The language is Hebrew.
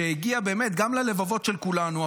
שגם הגיע באמת ללבבות של כולנו,